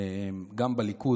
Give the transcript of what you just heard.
גם בליכוד,